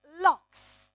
locks